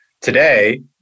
Today